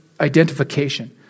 identification